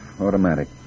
automatic